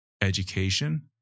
education